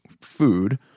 food